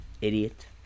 Idiot